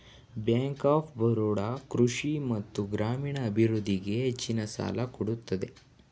bank of Baroda ಕೃಷಿ ಮತ್ತು ಗ್ರಾಮೀಣ ಅಭಿವೃದ್ಧಿಗೆ ಹೆಚ್ಚಿನ ಸಾಲ ಕೊಡುತ್ತದೆ